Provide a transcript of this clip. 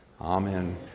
Amen